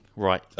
Right